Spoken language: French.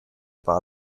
par